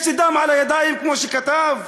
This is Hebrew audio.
כמו שכתב?